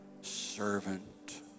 servant